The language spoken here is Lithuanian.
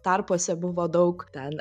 tarpuose buvo daug ten